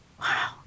Wow